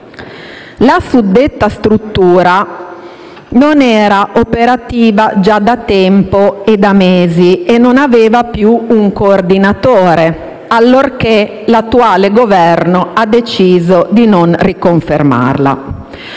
La suddetta struttura non era operativa già da tempo (da mesi) e non aveva più un coordinatore, allorché l'attuale Governo ha deciso di non riconfermarla.